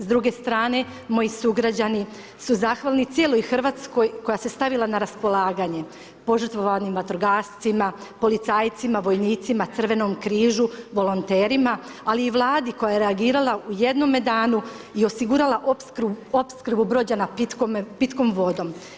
S druge strane moji sugrađani su zahvalni cijeloj Hrvatskoj koja se stavila na raspolaganje, požrtvovanim vatrogascima, policajcima, vojnicima, Crvenom križu, volonterima, ali i Vladi koja je reagirala u jednome danu i osigurala opskrbu Brođana pitkom vodom.